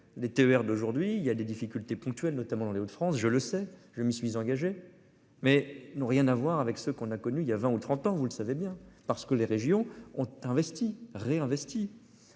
les TER d'aujourd'hui il y a des difficultés ponctuelles, notamment dans les Hauts-de-France. Je le sais, je m'y suis engagé mais n'ont rien à voir avec ce qu'on a connu il y a 20 ou 30 ans, vous le savez bien parce que les régions ont investi réinvesti.